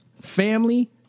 family